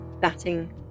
batting